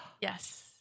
yes